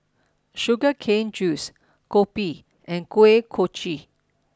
Sugar Cane Juice Kopi and Kuih Kochi